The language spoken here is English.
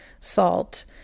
salt